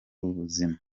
ubuzima